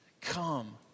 Come